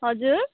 हजुर